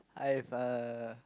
I've a